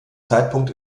zeitpunkt